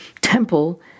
temple